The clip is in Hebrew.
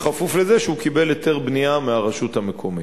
כפוף לזה שהוא קיבל היתר בנייה מהרשות המקומית.